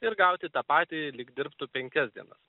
ir gauti tą patį lyg dirbtų penkias dienas